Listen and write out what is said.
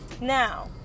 Now